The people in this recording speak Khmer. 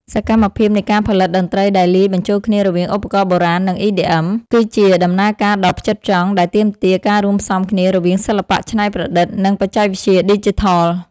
សកម្មភាពនៃការផលិតតន្ត្រីដែលលាយបញ្ចូលគ្នារវាងឧបករណ៍បុរាណ និង EDM គឺជាដំណើរការដ៏ផ្ចិតផ្ចង់ ដែលទាមទារការរួមផ្សំគ្នារវាងសិល្បៈច្នៃប្រឌិត និងបច្ចេកវិទ្យាឌីជីថល។